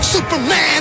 Superman